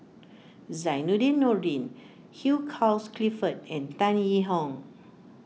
Zainudin Nordin Hugh Charles Clifford and Tan Yee Hong